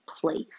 place